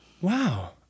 Wow